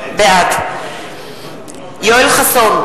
בעד יואל חסון,